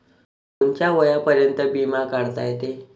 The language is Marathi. कोनच्या वयापर्यंत बिमा काढता येते?